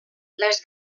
les